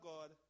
God